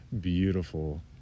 beautiful